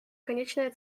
конечная